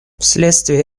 вследствие